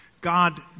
God